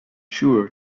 sure